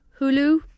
hulu